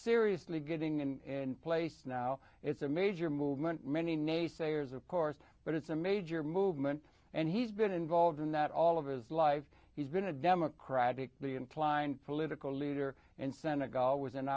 serious getting in place now it's a major movement many naysayers of course but it's a major movement and he's been involved in that all of his life he's been a democratically inclined political leader and senegal was in